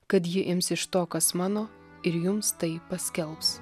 kad ji ims iš to kas mano ir jums tai paskelbs